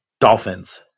Dolphins